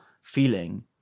feeling